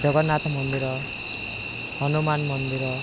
ଜଗନ୍ନାଥ ମନ୍ଦିର ହନୁମାନ ମନ୍ଦିର